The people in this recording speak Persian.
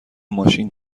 ماشین